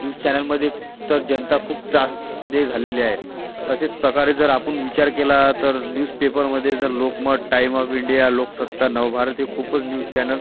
news चॅनलमध्ये तर जनता खूप त्रासदेय झालेली आहे तसेच प्रकारे जर आपण विचार केला तर न्यूजपेपरमधे जर Lokmat time of India Loksatta Navbharat हे खूपच न्यूज चॅनल